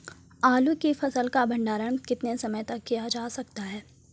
आलू की फसल का भंडारण कितने समय तक किया जा सकता है?